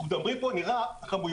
מדברים פה על כמויות,